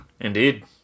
Indeed